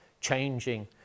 changing